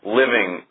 living